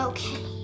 Okay